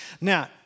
Now